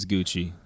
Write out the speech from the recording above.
Gucci